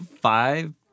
Five